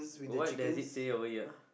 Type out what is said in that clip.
what does it say over here